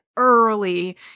early